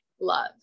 love